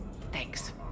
Thanks